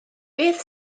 beth